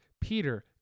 Peter